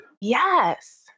Yes